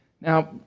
Now